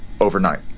overnight